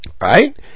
Right